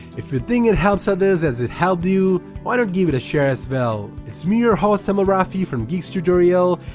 if you think it helps others as it helped you, why not give it a share as well. it's me your host amal rafi from geeks tutorial,